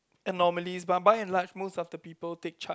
abnormalies but by and large most of the people take charge